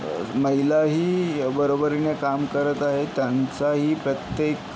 महिलाही बरोबरीने काम करत आहे त्यांचाही प्रत्येक